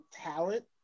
talent